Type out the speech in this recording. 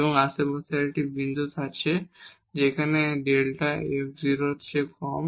সেখানে আশেপাশের একটি বিন্দু আছে যেখানে Δ f 0 এর চেয়ে কম